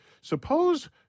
suppose